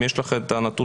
אם יש לך את הנתון.